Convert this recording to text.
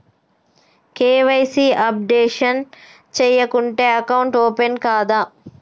KYC updation చేయకుంటే account open కాదా?